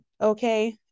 okay